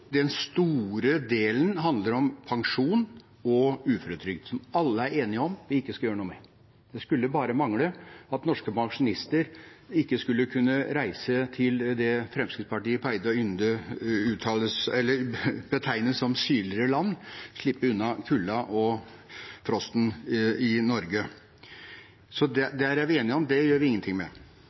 den store delen handler om pensjon og uføretrygd, som alle er enige om at vi ikke skal gjøre noe med. Det skulle bare mangle at norske pensjonister ikke skulle kunne reise til det Fremskrittspartiet pleide å betegne som «sydligere» land, slippe unna kulda og frosten i Norge. Så det er vi enige om, det gjør vi ingenting med.